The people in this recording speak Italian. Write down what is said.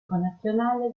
connazionale